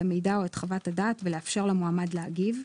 המידע או את חוות הדעת ולאפשר למועמד להגיב.